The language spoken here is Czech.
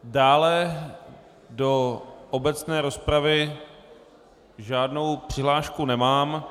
Dále do obecné rozpravy žádnou přihlášku nemám.